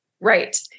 Right